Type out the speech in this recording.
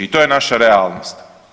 I to je naša realnost.